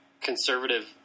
conservative